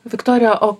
viktorija o